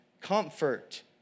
comfort